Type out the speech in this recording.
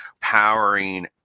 powering